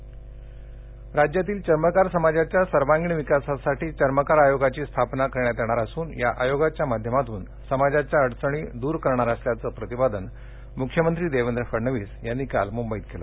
चर्मकार आयोगः राज्यातील चर्मकार समाजाच्या सर्वांगीण विकासासाठी चर्मकार आयोगाची स्थापना करण्यात येणार असून या आयोगाच्या माध्यमातून समाजाच्या अडचणी दूर करणार असल्याचे प्रतिपादन मुख्यमंत्री देवेंद्र फडणवीस यांनी काल मुंबईत केलं